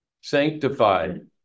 sanctified